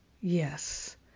Yes